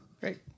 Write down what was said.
Great